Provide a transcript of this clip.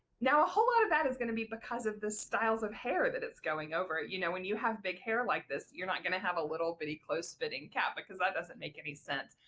now a whole lot of that is going to be because of the styles of hair that it's going over. you know when you have big hair like this you're not going to have a little bitty close-fitting cap because that doesn't make any sense,